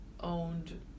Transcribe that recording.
owned